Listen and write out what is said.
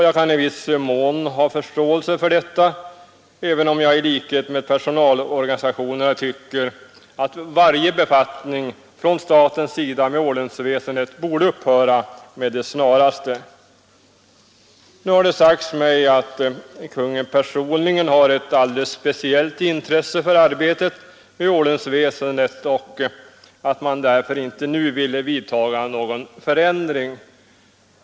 Jag kan i viss mån ha förståelse för detta, även om jag i likhet med personalorganisationerna tycker att varje befattning med ordensväsendet från statens sida borde upphöra med det snaraste. Det har sagts mig att kungen personligen har ett alldeles speciellt intresse för arbetet med ordensväsendet och att man därför inte nu vill vidtaga någon förändring.